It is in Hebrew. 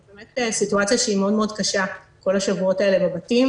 זו באמת סיטואציה מאוד מאוד קשה כל השבועות האלה בבתים